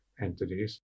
entities